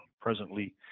presently